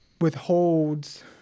Withholds